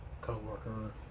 co-worker